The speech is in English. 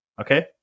okay